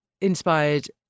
inspired